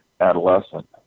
adolescent